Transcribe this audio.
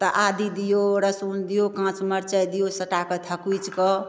तऽ आदी दिऔ रसून दिऔ काँच मरचाइ दिऔ सबटा कऽ थकुचिकऽ